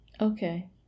Okay